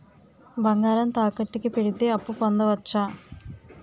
బంగారం తాకట్టు కి పెడితే అప్పు పొందవచ్చ?